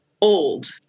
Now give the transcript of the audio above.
old